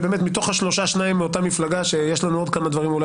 ובאמת מתוך השלושה שניים מאותה מפלגה כאשר יש לנו עוד כמה דברים אולי